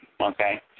okay